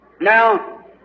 Now